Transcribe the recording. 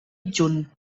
adjunt